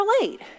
relate